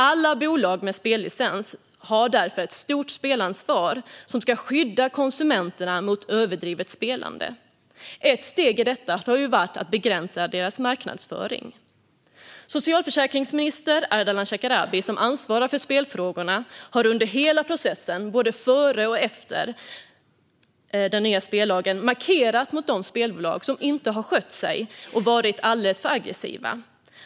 Alla bolag med spellicens har därför ett stort spelansvar, som ska skydda konsumenterna mot överdrivet spelande. Ett steg i detta har varit att begränsa bolagens marknadsföring. Socialförsäkringsminister Ardalan Shekarabi, som ansvarar för spelfrågorna, har under hela processen, både före och efter den nya spellagens tillkomst, markerat mot de spelbolag som inte har skött sig och varit för aggressiva.